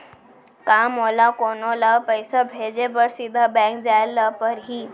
का मोला कोनो ल पइसा भेजे बर सीधा बैंक जाय ला परही?